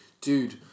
Dude